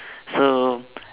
so